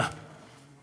הרשות